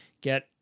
get